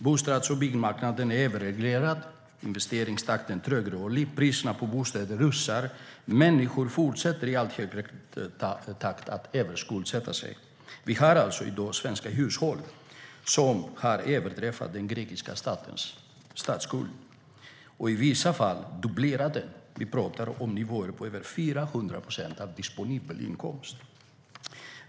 Bostads och byggmarknaden är överreglerad, investeringstakten trögrörlig, priserna på bostäder rusar, människor fortsätter i allt högre takt att överskuldsätta sig. Vi har i dag svenska hushåll som har överträffat den grekiska statens statsskuld och i vissa fall dubblerat den. Vi pratar om nivåer på över 400 procent av disponibel inkomst.